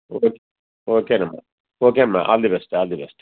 okay okay అమ్మా okay అమ్మా all the best all the best